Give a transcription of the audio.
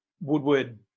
Woodward